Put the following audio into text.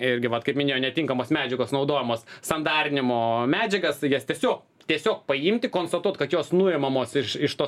irgi vat kaip minėjau netinkamos medžiagos naudojamos sandarinimo medžiagas jas tiesiog tiesiog paimti konstatuot kad jos nuimamos ir iš iš to